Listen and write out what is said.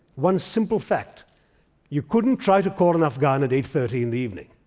one simple fact you couldn't try to call an afghan at eight thirty in the evening.